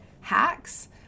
hacks